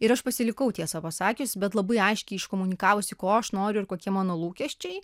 ir aš pasilikau tiesą pasakius bet labai aiškiai iškomunikavusi ko aš noriu ir kokie mano lūkesčiai